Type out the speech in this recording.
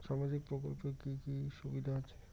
সামাজিক প্রকল্পের কি কি সুবিধা আছে?